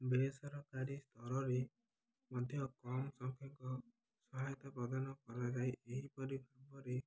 ବେସରକାରୀ ସ୍ତରରେ ମଧ୍ୟ କମ୍ ସଂଖ୍ୟକ ସହାୟତା ପ୍ରଦାନ କରାଯାଏ ଏହିପରି ଭାବରେ